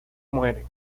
mueren